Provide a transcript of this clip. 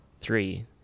three